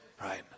right